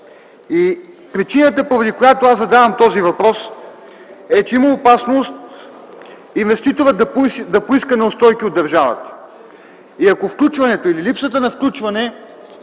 Причината, поради която аз задавам този въпрос, е, че има опасност инвеститорът да поиска неустойки от държавата, ако включването или липсата на включване